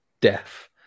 death